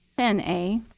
ten a,